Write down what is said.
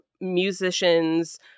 musicians